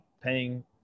paying